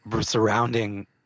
surrounding